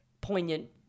poignant